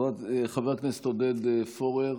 חבר הכנסת עודד פורר,